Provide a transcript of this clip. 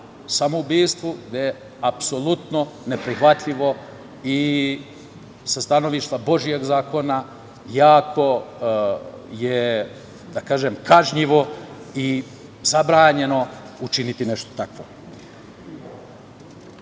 samoubistvu, gde je apsolutno neprihvatljivo i sa stanovišta božjeg zakona, jako je, da kažem, kažnjivo i zabranjeno učiniti nešto takvo. Reći